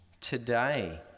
Today